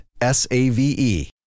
S-A-V-E